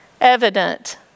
evident